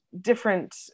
different